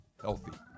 healthy